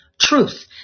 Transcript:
truth